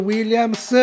Williams